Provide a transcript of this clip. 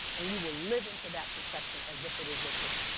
and you will live into that perception as if it is your truth.